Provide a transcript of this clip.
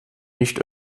nicht